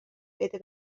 بده